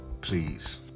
Please